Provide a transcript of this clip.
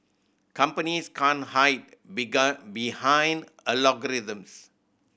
companies can't hide behind algorithms